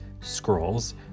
scrolls